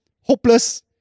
hopeless